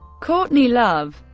courtney love